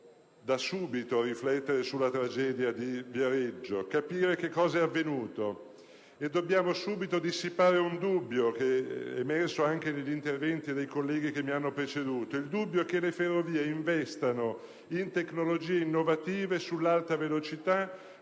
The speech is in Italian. da subito riflettere sulla tragedia di Viareggio, capire che cosa è avvenuto; dobbiamo subito dissipare un dubbio, che è emerso anche negli interventi dei colleghi che mi hanno preceduto. Il dubbio è che le Ferrovie investano in tecnologie innovative sull'Alta velocità,